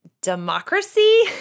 democracy